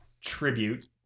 tribute